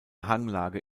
hanglage